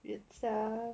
weird stuff